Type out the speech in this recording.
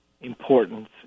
importance